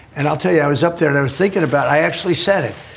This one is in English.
and i'll tell you, i was up there and i was thinking about. i actually said it.